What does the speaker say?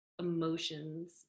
emotions